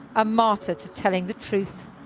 a martyr to telling the truth.